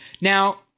Now